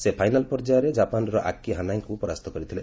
ସେ ଫାଇନାଲ୍ ପର୍ଯ୍ୟାୟରେ ଜାପାନର ଆକି ହାନାଇଙ୍କଠାରୁ ପରାସ୍ତ ହୋଇଥିଲେ